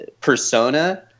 persona